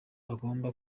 agomba